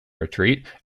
retreat